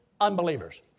unbelievers